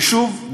ושוב,